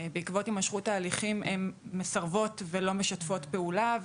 בעקבות הימשכות ההליכים הן מסרבות ולא משתפות פעולה,